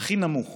הכי נמוך